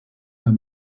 der